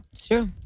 Sure